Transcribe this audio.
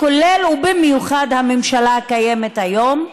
כולל ובמיוחד הממשלה הקיימת היום,